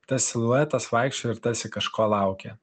tas siluetas vaikščiojo ir tarsi kažko laukė